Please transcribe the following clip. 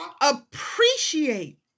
appreciate